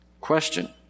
Question